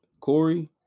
Corey